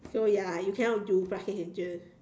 so ya you cannot do plastic surgeon